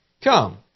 Come